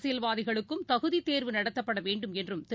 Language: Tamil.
அரசியல்வாதிகளுக்கும் தகுதித் தேர்வு நடத்தப்படவேண்டும் என்றும் திரு